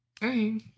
Hey